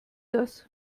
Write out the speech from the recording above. das